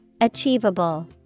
Achievable